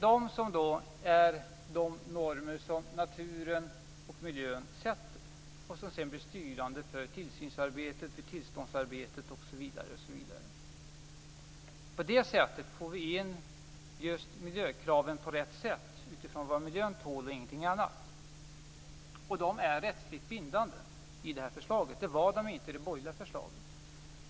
Det är de normer som naturen och miljön sätter och som sedan blir styrande för tillsynsarbetet, tillståndsarbetet osv. På det sättet får vi in miljökraven på rätt sätt, utifrån vad miljön tål och ingenting annat. Dessa normer är också rättsligt bindande i det här förslaget, vilket de inte var i det borgerliga förslaget.